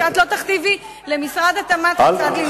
את לא תכתיבי למשרד התמ"ת כיצד לנהוג.